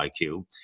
IQ